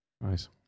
Nice